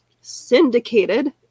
syndicated